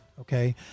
Okay